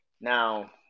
Now